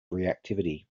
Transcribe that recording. reactivity